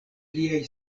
liaj